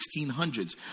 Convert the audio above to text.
1600s